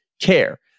care